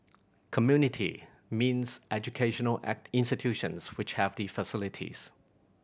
community means educational institutions which have the facilities